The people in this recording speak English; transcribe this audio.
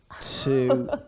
two